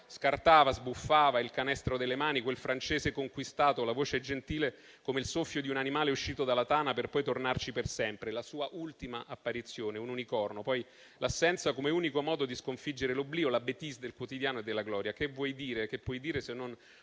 scartava, sbuffava, un canestro delle mani, quel francese conquistato, la voce gentile come il soffio di un animale uscito dalla tana per poi tornarci per sempre. La sua ultima apparizione, un unicorno; poi l'assenza come unico modo di sconfiggere l'oblio, la *bêtise* del quotidiano e della gloria. Che vuoi dire? Che puoi dire, se non